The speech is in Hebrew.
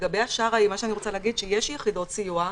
לגבי השרעיים, אני רוצה להגיד שיש יחידות סיוע,